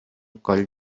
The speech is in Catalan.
coll